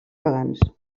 pagans